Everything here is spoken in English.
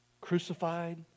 crucified